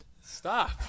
Stop